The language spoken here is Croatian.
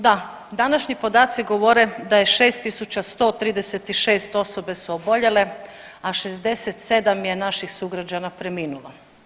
Da, današnji podaci govore da je 6.136 osobe su oboljele a 67 je naših sugrađana preminulo.